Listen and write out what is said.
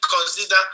consider